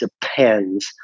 depends